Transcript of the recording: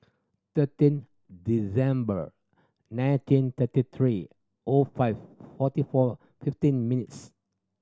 thirteen December nineteen thirty three O five forty four fifteen minutes